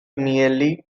merely